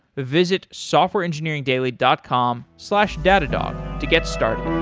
visit softwareengineeringdaily dot com slash datadog to get started